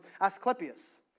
Asclepius